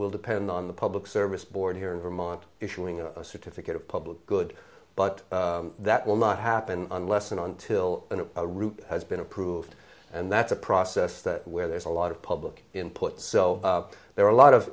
will depend on the public service board here in vermont issuing a certificate of public good but that will not happen unless and until a route has been approved and that's a process that where there's a lot of public input so there are a lot of